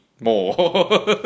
more